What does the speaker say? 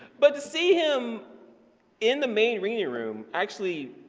but to see him in the main reading room actually,